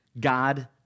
God